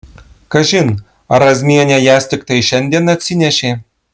kažin ar razmienė jas tiktai šiandien atsinešė